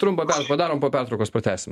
trumpą padarom po pertraukos pratęsim